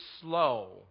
slow